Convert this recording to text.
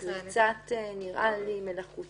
זה קצת נראה לי מלאכותי.